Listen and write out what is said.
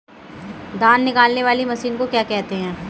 धान निकालने वाली मशीन को क्या कहते हैं?